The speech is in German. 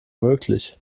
möglich